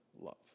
love